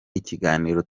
ikiganiro